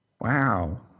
Wow